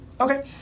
Okay